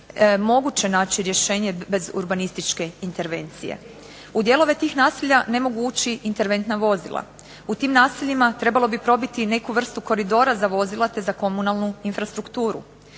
moguće naći rješenje bez urbanističke intervencije. U dijelove tih naselja ne mogu ući interventna vozila, u tim naseljima trebalo bi probiti neku vrstu koridora za vozila, te za komunalnu infrastrukturu.